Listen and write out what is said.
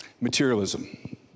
materialism